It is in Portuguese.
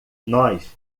nós